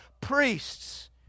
priests